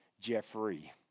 Jeffrey